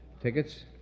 Tickets